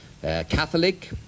Catholic